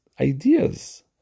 ideas